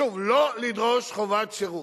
שוב, לא לדרוש חובת שירות,